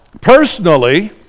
personally